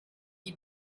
die